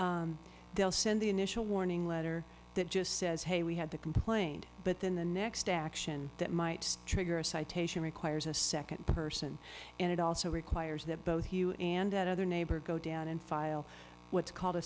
they'll send the initial warning letter that just says hey we had the complaint but then the next action that might trigger a citation requires a second person and it also requires that both you and neighbor go down and file what's called a